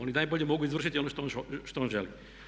Oni najbolje mogu izvršiti ono što on želi.